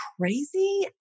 crazy